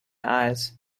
eyes